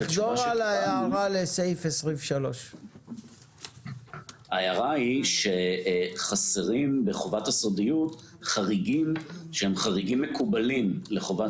תחזור על ההערה על 23. חסרים בחובת הסודיות חריגים מקובלים לחובת